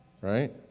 right